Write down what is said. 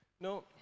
No